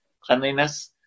cleanliness